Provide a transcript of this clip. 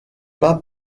pas